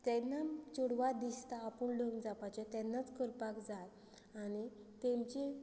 तेन्ना चेडवा दिसता आपूण लग्न जावपाचें तेन्नाच करपाक जाय आनी तेंचे